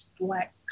black